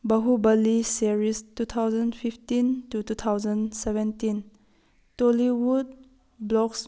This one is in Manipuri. Baahubali series two thousand fifteen to two thousand seventeen Tollywood blocks